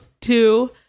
two